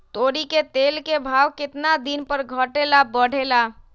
तोरी के तेल के भाव केतना दिन पर घटे ला बढ़े ला?